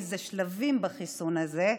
כי יש שלבים בחיסון הזה,